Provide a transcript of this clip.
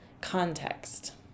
context